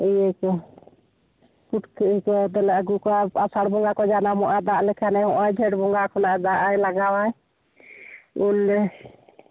ᱱᱤᱭᱟᱹ ᱠᱚ ᱯᱩᱴᱠᱟᱹ ᱠᱚ ᱛᱟᱦᱞᱮ ᱟᱹᱜᱩ ᱠᱚᱣᱟ ᱠᱚ ᱟᱥᱟᱲ ᱵᱚᱸᱜᱟ ᱠᱚ ᱡᱟᱱᱟᱢᱚᱜᱼᱟ ᱫᱟᱜ ᱞᱮᱠᱷᱟᱱᱮ ᱱᱚᱜᱼᱚᱭ ᱡᱷᱮᱸᱴ ᱵᱚᱸᱜᱟ ᱫᱟᱜᱼᱮ ᱞᱟᱜᱟᱣᱟᱭ ᱩᱞ